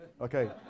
Okay